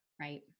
right